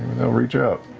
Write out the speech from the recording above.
they'll reach out.